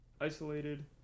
isolated